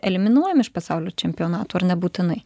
eliminuojami iš pasaulio čempionatų ar nebūtinai